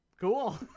cool